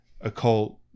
occult